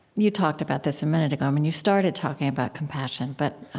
you talked about this a minute ago. and you started talking about compassion. but